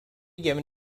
given